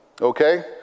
Okay